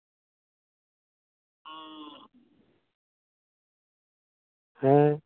ᱦᱮᱸ